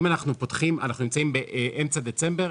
אנחנו נמצאים באמצע דצמבר.